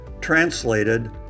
translated